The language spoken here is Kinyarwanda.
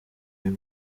uyu